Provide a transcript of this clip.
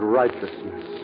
righteousness